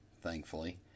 thankfully